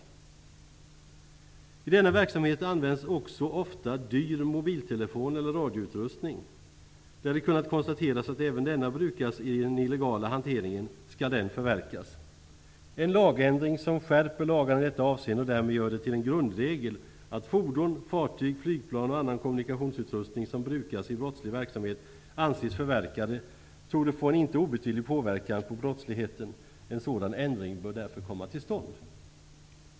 Till denna verksamhet används också ofta dyra mobiltelefoner eller dyr radioutrustning. Kan det konstateras att även sådant brukas i den illegala hanteringen skall de förverkas. En lagändring som skärper lagarna och gör det till en grundregel att fordon, fartyg, flygplan och annan kommunikationsutrustning som brukas i brottslig verksamhet anses förverkade torde få en inte obetydlig påverkan på brottsligheten. En sådan ändring bör därför komma till stånd.